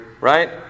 right